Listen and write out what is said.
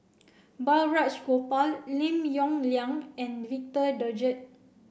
Balraj Gopal Lim Yong Liang and Victor Doggett